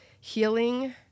healing